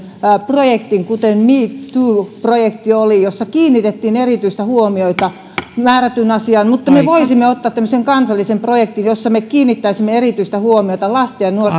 projektin kuten me too projekti oli jossa kiinnitettiin erityistä huomiota määrättyyn asiaan me voisimme ottaa tämmöisen kansallisen projektin jossa me kiinnittäisimme erityistä huomiota lasten ja nuorten